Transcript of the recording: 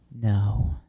no